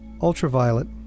ultraviolet